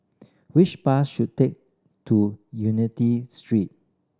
which bus should take to Unity Street